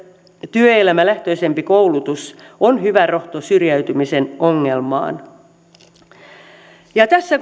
työelämälähtöisempi koulutus on hyvä rohto syrjäytymisen ongelmaan tässä